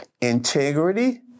integrity